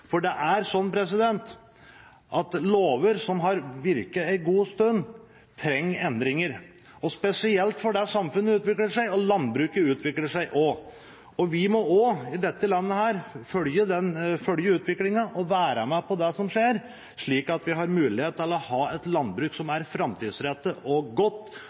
for det er sånn at lover som har virket en god stund, trenger endringer, og spesielt fordi samfunnet utvikler seg, og landbruket utvikler seg også. Vi i dette landet må også følge utviklinga og være med på det som skjer, slik at vi har muligheter til å ha et landbruk som er framtidsrettet og godt,